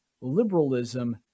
liberalism